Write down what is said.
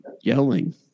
yelling